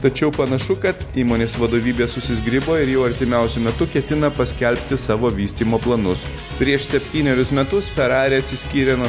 tačiau panašu kad įmonės vadovybė susizgribo ir jau artimiausiu metu ketina paskelbti savo vystymo planus prieš septynerius metus ferrari atsiskyrė nuo